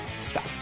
Stop